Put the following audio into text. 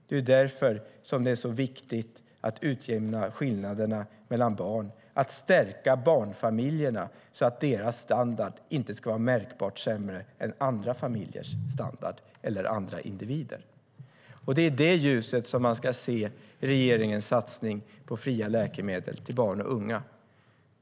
Det är därför som det är så viktigt att utjämna skillnaderna mellan barn och att stärka barnfamiljerna, så att deras standard inte är märkbart sämre än andra familjers eller andra individers standard. Det är i det ljuset som man ska se regeringens satsning på fria läkemedel till barn och unga.